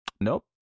Nope